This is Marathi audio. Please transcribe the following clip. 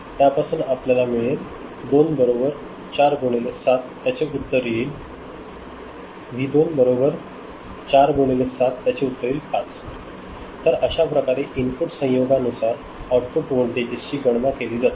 त्यापासून आपल्याला मिळेल व्ही 2 बरोबर चार गुणिले सात त्याचे उत्तर येईल 5 तर अशाप्रकारे इनपुट संयोगानुसार आउटपुट व्होल्टेजची गणना केली जाईल